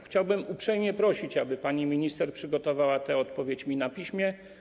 Chciałbym uprzejmie prosić, aby pani minister przygotowała tę odpowiedź na piśmie.